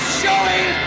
showing